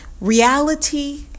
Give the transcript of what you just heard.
reality